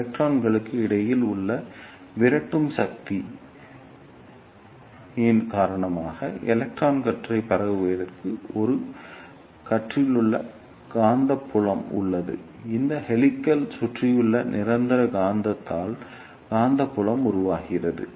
எலக்ட்ரான்களுக்கு இடையில் உள்ள விரட்டும் சக்திகளின் காரணமாக எலக்ட்ரான் கற்றை பரவுவதற்கு ஒரு சுற்றியுள்ள காந்தப்புலம் உள்ளது மற்றும் ஹெலிக்ஸ் சுற்றியுள்ள நிரந்தர காந்தத்தால் காந்தப்புலம் உருவாகிறது